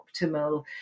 optimal